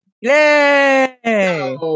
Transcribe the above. Yay